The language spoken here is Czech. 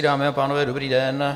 Dámy a pánové, dobrý den.